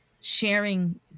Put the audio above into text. sharing